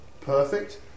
Perfect